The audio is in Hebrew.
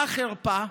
מה החרפה?